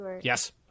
yes